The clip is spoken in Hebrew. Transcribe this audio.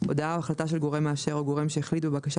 הודעה או החלטה של גורם מאשר או גורם שהחליט בבקשה